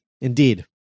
indeed